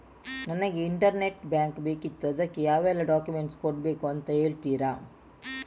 ನನಗೆ internet bank ಬೇಕಿತ್ತು ಅದಕ್ಕೆ ಯಾವೆಲ್ಲಾ ಡಾಕ್ಯುಮೆಂಟ್ಸ್ ಕೊಡ್ಬೇಕು ಅಂತ ಹೇಳ್ತಿರಾ?